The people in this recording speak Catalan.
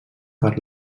per